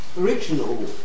original